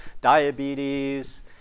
diabetes